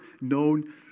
known